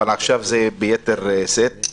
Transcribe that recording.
אבל עכשיו זה ביתר שאת.